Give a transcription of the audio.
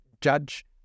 judge